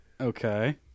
Okay